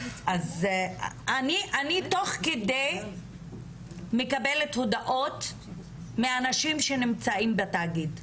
אז אני תוך כדי מקבלת הודעות מאנשים שנמצאים בתאגיד,